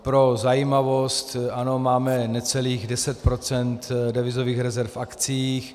Pro zajímavost, ano, máme necelých 10 % devizových rezerv v akciích.